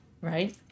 right